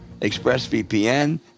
ExpressVPN